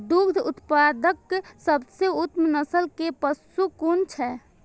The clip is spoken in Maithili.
दुग्ध उत्पादक सबसे उत्तम नस्ल के पशु कुन छै?